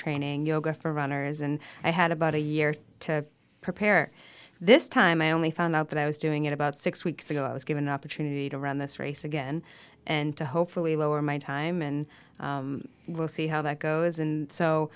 training yoga for runners and i had about a year to prepare this time i only found out that i was doing it about six weeks ago i was given an opportunity to run this race again and to hopefully lower my time and we'll see how that goes and so